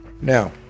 Now